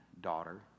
daughter